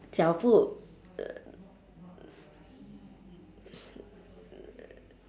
jiao bu